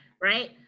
right